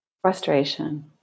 Frustration